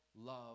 love